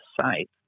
site